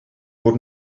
fod